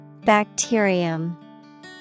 Bacterium